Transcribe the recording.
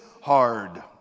hard